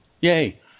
yay